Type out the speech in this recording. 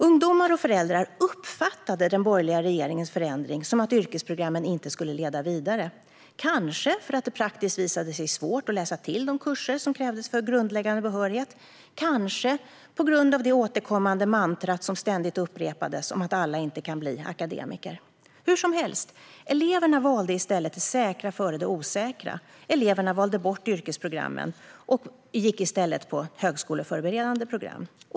Ungdomar och föräldrar uppfattade den borgerliga regeringens förändring som att yrkesprogrammen inte skulle leda vidare - kanske för att det praktiskt visade sig svårt att läsa till de kurser som krävdes för grundläggande behörighet, kanske på grund av det återkommande mantra som ständigt upprepades om att alla inte kan bli akademiker. Hur som helst valde eleverna det säkra före det osäkra. De valde bort yrkesprogrammen och gick i stället på högskoleförberedande program.